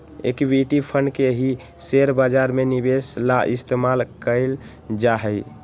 equity fund के ही share बाजार में निवेश ला इस्तेमाल कइल जाहई